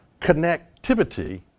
connectivity